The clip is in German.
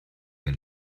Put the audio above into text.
der